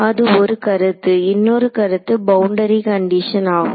அது ஒரு கருத்து இன்னொரு கருத்து பவுண்டரி கண்டிஷன் ஆகும்